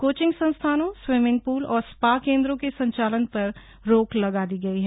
coaching संस्थानों swimming pool और spa केन्द्रों के संचालन पर रोक लगा दी गयी है